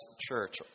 church